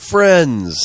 Friends